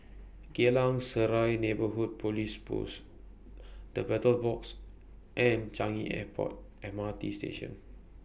Geylang Serai Neighbourhood Police Post The Battle Box and Changi Airport M R T Station